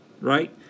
right